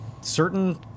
certain